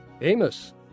Amos